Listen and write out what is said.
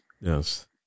Yes